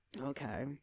Okay